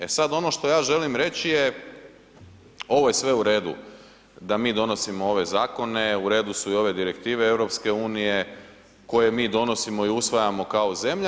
E sad, ono što ja želim reći je, ovo je sve u redu da mi donosimo ove zakone, u redu su i ove Direktive EU koje mi donosimo i usvajamo kao zemlja.